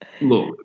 Look